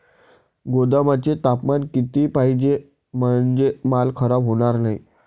गोदामाचे तापमान किती पाहिजे? म्हणजे माल खराब होणार नाही?